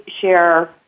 share